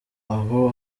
aho